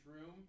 room